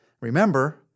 Remember